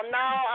now